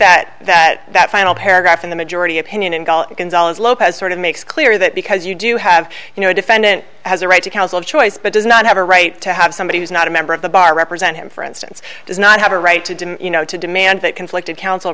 that that that final paragraph in the majority opinion in lopez sort of makes clear that because you do have you know a defendant has a right to counsel of choice but does not have a right to have somebody who's not a member of the bar represent him for instance does not have a right to you know to demand that conflicted coun